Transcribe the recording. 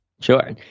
Sure